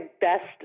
best